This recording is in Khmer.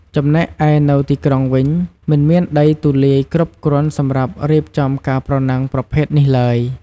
ចំណែកឯនៅទីក្រុងវិញ មិនមានដីធំទូលាយគ្រប់គ្រាន់សម្រាប់រៀបចំការប្រណាំងប្រភេទនេះឡើយ។